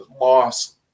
loss